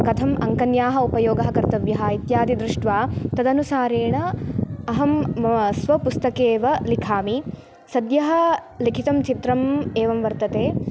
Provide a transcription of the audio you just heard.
कथम् अन्कन्याः उपयोगः कर्तव्यः इत्यादि दृष्ट्वा तदनुसारेण अहं स्वपुस्तकेव लिखामि सद्यः लिखितं चित्रम् एवं वर्तते